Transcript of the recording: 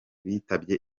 bitabye